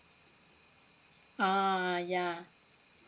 ah yeah